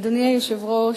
כבוד היושב-ראש,